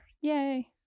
Yay